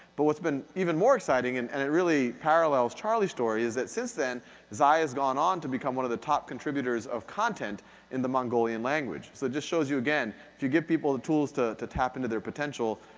but what's been even more exciting, and and it really parallels charlie's story, is that since then zaya's gone on to become one of the top contributors of content in the mongolian language. so, it just shows you again, if you give people the tools to to tap into their potential,